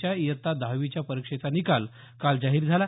च्या इयत्ता दहावीच्या परीक्षेचा निकाल काल जाहीर झाला